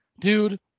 Dude